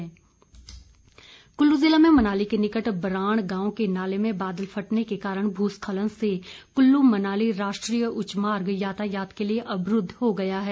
भूस्खलन कुल्लू जिला में मनाली के निकट बराण गांव के नाले में बादल फटने के कारण भूस्खलन से कुल्लू मनाली राष्ट्रीय उच्च मार्ग यातायात के लिए अवरूद्व हो गया है